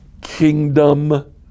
kingdom